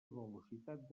velocitat